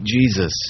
Jesus